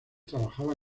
trabajaba